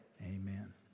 Amen